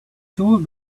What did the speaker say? told